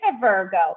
Virgo